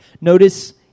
Notice